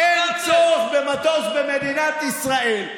אין צורך במטוס במדינת ישראל.